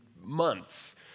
months